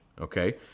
Okay